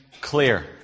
clear